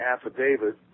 affidavit